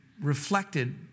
reflected